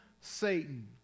Satan